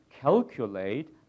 calculate